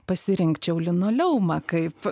pasirinkčiau linoleumą kaip